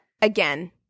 again